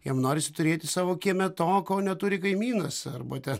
jam norisi turėti savo kieme to ko neturi kaimynas arba te